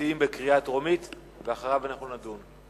המציעים בקריאה טרומית, ואחר כך נעבור לדיון.